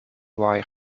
wire